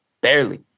barely